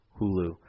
Hulu